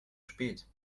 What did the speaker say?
spät